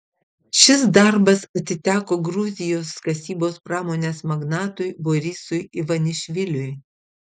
šis darbas atiteko gruzijos kasybos pramonės magnatui borisui ivanišviliui